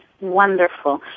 Wonderful